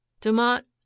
Dumont